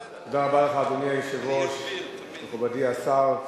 אדוני היושב-ראש, תודה רבה לך, מכובדי השר,